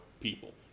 people